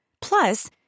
plus